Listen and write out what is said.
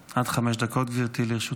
עד חמש דקות, גברתי, לרשותך.